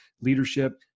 leadership